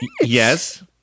Yes